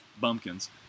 bumpkins